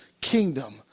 kingdom